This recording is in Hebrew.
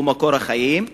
שהוא מקור החיים,